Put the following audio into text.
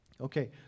Okay